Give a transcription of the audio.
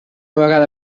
vegada